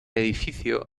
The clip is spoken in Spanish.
edificio